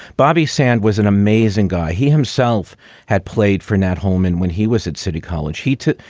bobby sand was an amazing guy. he himself had played for nat home. and when he was at city college, he, too.